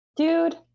Dude